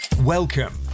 Welcome